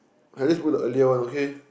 at least book earlier one okay